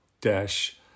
dash